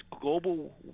global